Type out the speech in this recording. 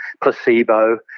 placebo